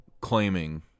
Claiming